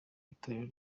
itorero